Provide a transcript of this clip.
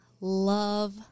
love